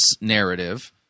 narrative